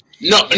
no